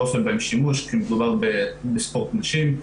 עושה בהן שימוש כי מדובר בספורט נשים,